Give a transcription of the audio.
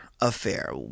affair